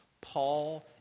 Paul